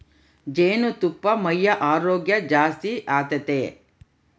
ಜೇನುತುಪ್ಪಾ ಮೈಯ ಆರೋಗ್ಯ ಜಾಸ್ತಿ ಆತತೆ